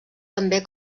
també